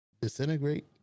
disintegrate